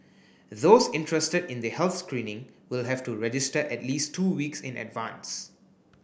those interested in the health screening will have to register at least two weeks in advance